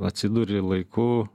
atsiduri laiku